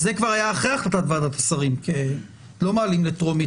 זה כבר היה אחרי החלטת ועדת השרים כי לא מעלים לטרומית